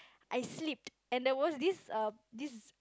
I slipped and there was these um these